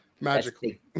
magically